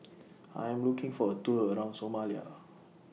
I Am looking For A Tour around Somalia